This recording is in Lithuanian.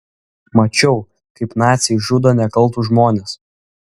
mačiau kaip naciai žudo nekaltus žmones